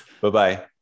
Bye-bye